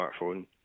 smartphone